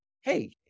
hey